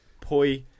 poi